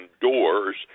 doors